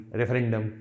referendum